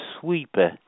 sweeper